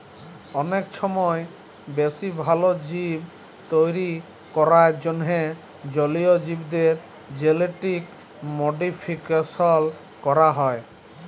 অলেক ছময় বেশি ভাল জীব তৈরি ক্যরার জ্যনহে জলীয় জীবদের জেলেটিক মডিফিকেশল ক্যরা হ্যয়